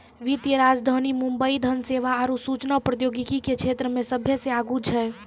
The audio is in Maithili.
वित्तीय राजधानी मुंबई धन सेवा आरु सूचना प्रौद्योगिकी के क्षेत्रमे सभ्भे से आगू छै